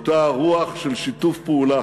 באותה רוח של שיתוף פעולה.